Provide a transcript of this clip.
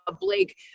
Blake